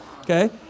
okay